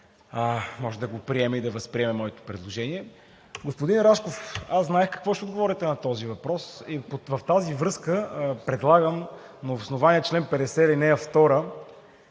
може да го приеме и да възприеме моето предложение. Господин Рашков, аз знаех какво ще отговорите на този въпрос и в тази връзка предлагам на основание чл. 50, ал. 2